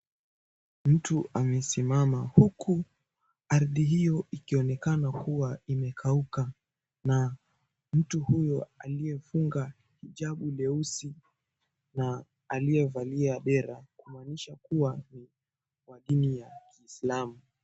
Mtu amesimama huku ardhi hiyo ikionekana kuwa imekauka na mtu huyo aliyefunga hijabu leusi na aliyevalia dera kumaanisha kuwa wa dini ya Kiislamu.